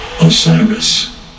Osiris